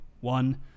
one